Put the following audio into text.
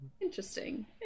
Interesting